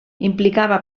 implicava